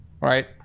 right